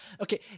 Okay